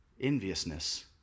enviousness